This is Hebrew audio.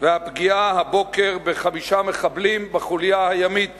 והפגיעה הבוקר בחמישה מחבלים בחוליה הימית